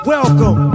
Welcome